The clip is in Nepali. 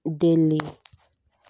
दिल्ली